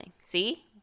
See